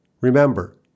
Remember